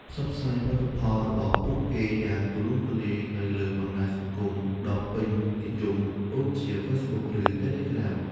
ផ្សព្វផ្សាយផលិតផល របស់ពួកគេយ៉ាងទូលំទូលាយនៅលើបណ្ដាញសង្គមដ៏ពេញនិយមដូចជា Facebook ឬ Telegram។